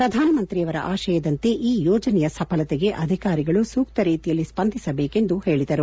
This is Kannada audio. ಪ್ರಧಾನಮಂತ್ರಿಯವರ ಆಶಯದಂತೆ ಈ ಯೋಜನೆಯ ಸಫಲತೆಗೆ ಅಧಿಕಾರಿಗಳು ಸೂಕ್ತ ರೀತಿಯಲ್ಲಿ ಸ್ವಂದಿಸಬೇಕು ಎಂದು ಹೇಳಿದರು